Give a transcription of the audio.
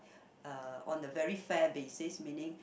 uh on a very fair basics meaning